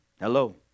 Hello